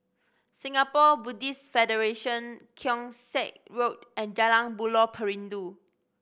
Singapore Buddhist Federation Keong Saik Road and Jalan Buloh Perindu